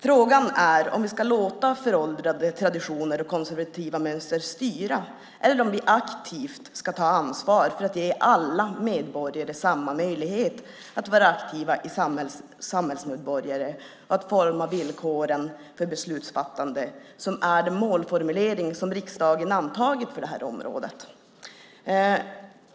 Frågan är om vi ska låta föråldrade traditioner och konservativa mönster styra eller om vi aktivt ska ta ansvar för att ge alla medborgare samma möjlighet att vara aktiva samhällsmedborgare och att forma villkoren för beslutsfattande, vilket är den målformulering som riksdagen har antagit för detta område.